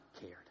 cared